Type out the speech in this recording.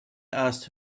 asked